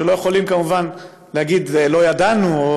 שלא יכולים כמובן להגיד: לא ידענו.